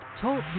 Talk